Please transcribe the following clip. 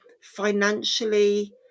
financially